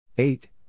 Eight